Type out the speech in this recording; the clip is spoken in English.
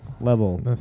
Level